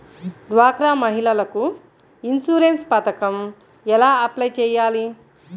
డ్వాక్రా మహిళలకు ఇన్సూరెన్స్ పథకం ఎలా అప్లై చెయ్యాలి?